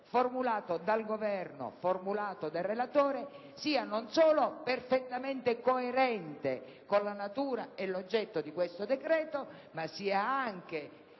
accolto dal Governo e dal relatore, sia non solo perfettamente coerente con la natura e l'oggetto di questo decreto, ma sia anche